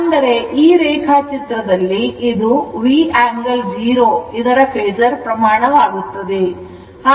ಅಂದರೆ ಈ ರೇಖಾಚಿತ್ರದಲ್ಲಿ ಇದು V angle 0 ಇದರ ಫೇಸರ್ ಪ್ರಮಾಣವಾಗುತ್ತದೆ